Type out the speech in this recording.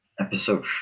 Episode